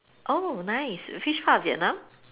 oh nice which part of Vietnam